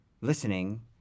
listening